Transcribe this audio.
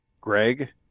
Greg